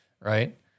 right